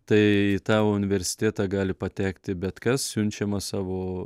tai į tą universitėtą gali patekti bet kas siunčiamas savo